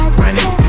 running